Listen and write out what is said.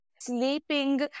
Sleeping